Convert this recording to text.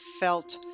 felt